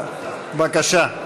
בבקשה.